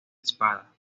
espada